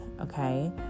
okay